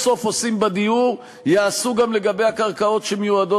תפסיקו לתעתע בציבור ולמכור לו את השקר הזה שבנייה מונעת